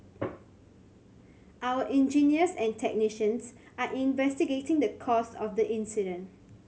our engineers and technicians are investigating the cause of the incident